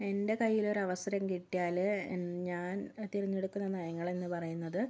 എൻ്റെ കൈയ്യിലൊരവസരം കിട്ടിയാൽ ഞാൻ തിരഞ്ഞെടുക്കുന്ന നയങ്ങളെന്ന് പറയുന്നത്